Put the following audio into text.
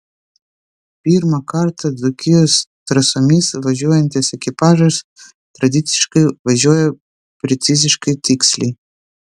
pirmą kartą dzūkijos trasomis važiuojantis ekipažas tradiciškai važiuoja preciziškai tiksliai